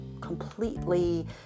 completely